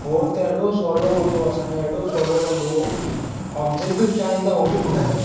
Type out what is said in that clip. हू त एॾो सवलो कंदो असांजे लाइ एॾो सवलो कंदो हुयो ओब्जेटिव छा ईंदा उहे बि ॿुधाईंदो हुयो